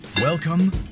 Welcome